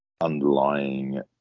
underlying